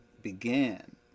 began